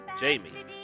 Jamie